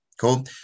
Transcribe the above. Cool